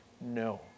No